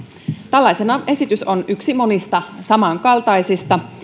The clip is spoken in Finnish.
tällaisenaan esitys on yksi monista samankaltaisista